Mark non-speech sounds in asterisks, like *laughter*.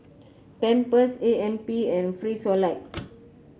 Pampers A M P and Frisolac *noise*